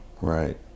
Right